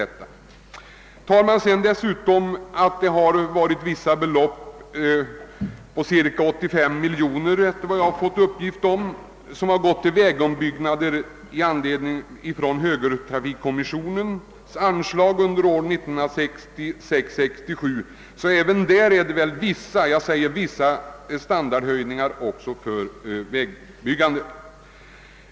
Tar man dessutom med i beräkningen att vissa belopp, cirka 85 miljoner kronor, enligt de uppgifter jag fått, har gått till vägbyggnader från högertrafikkommissionens anslag under åren 1966—1967, har väl även det medfört vissa standardhöjningar för vägbyggandet.